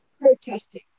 protesting